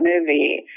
movie